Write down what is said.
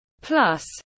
Plus